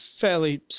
fairly